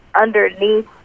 underneath